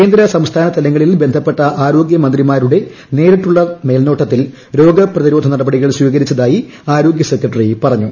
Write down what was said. കേന്ദ്ര സംസ്ഥാനതലങ്ങളിൽ ബന്ധപ്പെട്ട ആരോഗൃ മന്ത്രിമാരുടെ നേരിട്ടുള്ള മേൽനോട്ടത്തിൽ രോഗ പ്രതിരോധ നടപടികൾ സ്വീകരിച്ചതായി ആരോഗ്യ സെക്രട്ടറി പറഞ്ഞു